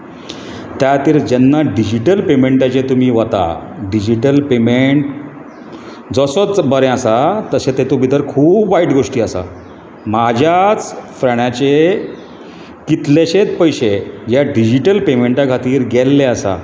त्या खातीर जेन्ना डिजीटल पेमॅंटाचेर तुमी वतात डिजीटल पेमॅंट जसोच बरें आसा तशे तेतूंत भितर खूब वायट गोश्टी आसात म्हाज्याच फ्रेंडाचे कितलेशेच पयशे ह्या डिजीटल पेमॅंटा खातीर गेल्ले आसात